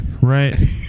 right